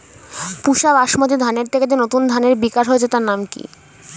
পুসা বাসমতি ধানের থেকে যে নতুন ধানের বিকাশ হয়েছে তার নাম কি?